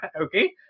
okay